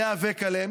ניאבק עליהם,